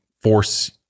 force